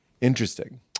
interesting